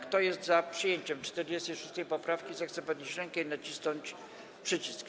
Kto jest za przyjęciem 46. poprawki, zechce podnieść rękę i nacisnąć przycisk.